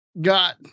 got